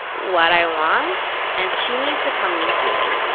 what i want. and she needs to come meet me.